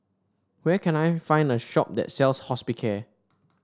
where can I find a shop that sells Hospicare